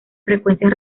frecuencias